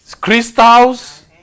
crystals